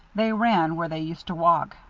they ran where they used to walk,